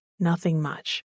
nothingmuch